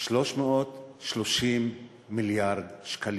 330 מיליארד שקלים.